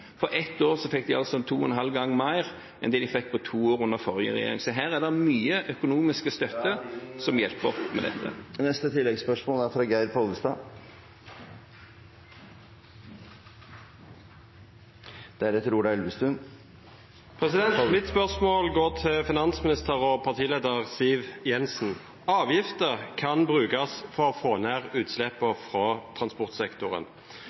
ett år fikk de altså to og en halv gang mer enn det de fikk på to år under forrige regjering. Så her er det mye økonomisk støtte som hjelper opp mot dette. Da er tiden ute! Geir Pollestad – til oppfølgingsspørsmål. Mitt spørsmål går til finansminister og partileder Siv Jensen. Avgifter kan brukes for å få ned utslippene fra transportsektoren.